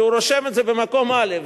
כשהוא רושם את זה במקום א',